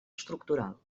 estructural